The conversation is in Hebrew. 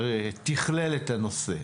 שתכלל את הנושא.